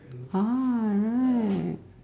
ah right